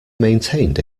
maintained